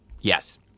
Yes